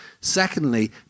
Secondly